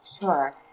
Sure